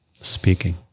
speaking